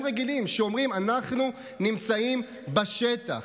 רגילים שאומרים: אנחנו נמצאים בשטח,